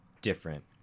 different